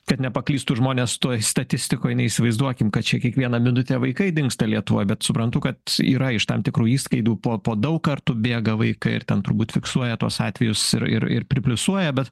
kad nepaklystų žmonės toj statistikoj neįsivaizduokim kad čia kiekvieną minutę vaikai dingsta lietuvoj bet suprantu kad yra iš tam tikrų įskaidų po po daug kartų bėga vaikai ir ten turbūt fiksuoja tuos atvejus ir ir ir pripliusuoja bet